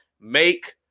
make